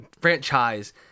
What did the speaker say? franchise